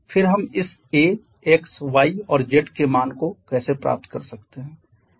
फिर हम इस a x y और z के मान कैसे प्राप्त कर सकते हैं